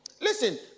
Listen